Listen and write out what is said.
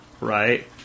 right